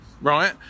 right